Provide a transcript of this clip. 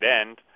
end